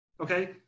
Okay